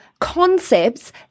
concepts